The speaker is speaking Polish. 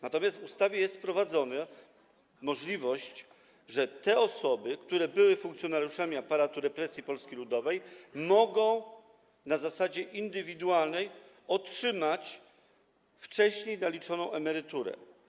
Natomiast w ustawie jest wprowadzona możliwość, że osoby, które były funkcjonariuszami aparatu represji Polski Ludowej, mogą na zasadzie indywidualnej otrzymać wcześniej naliczoną emeryturę.